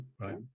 Right